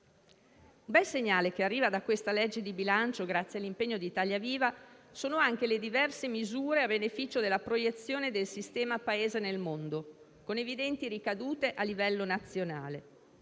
Un bel segnale che arriva da questo disegno di legge di bilancio, grazie all'impegno di Italia Viva, sono anche le diverse misure a beneficio della proiezione del sistema Paese nel mondo, con evidenti ricadute a livello nazionale.